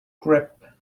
grip